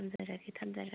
ꯊꯝꯖꯔꯒꯦ ꯊꯝꯖꯔꯒꯦ